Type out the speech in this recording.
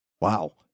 Wow